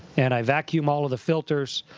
and i vacuum all of the filters.